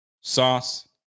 Sauce